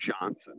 Johnson